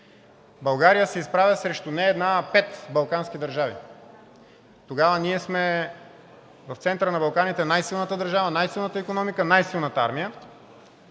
България се изправя срещу не една, а пет балкански държави. Тогава ние сме в центъра на Балканите най силната държава, най-силната икономика, най-силната армия